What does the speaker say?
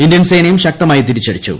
Indian ് സേനയും ശക്തമായി തിരിച്ചടിച്ചു